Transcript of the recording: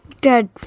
Good